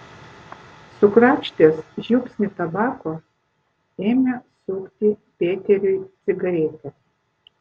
sukrapštęs žiupsnį tabako ėmė sukti peteriui cigaretę